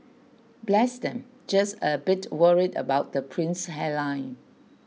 bless them just a bit worried about the prince's hairline